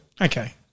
Okay